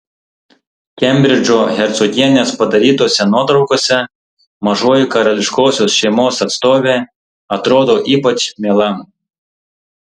kembridžo hercogienės padarytose nuotraukose mažoji karališkosios šeimos atstovė atrodo ypač miela